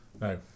No